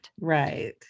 Right